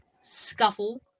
Scuffle